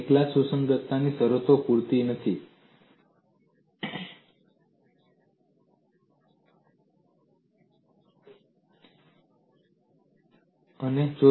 એકલા સુસંગતતાની શરતો પૂરતી નથી મારે વિસ્થાપન ક્ષેત્રની વિશિષ્ટતા પણ જોવી પડશે